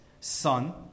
son